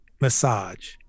massage